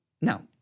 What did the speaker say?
no